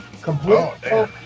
Complete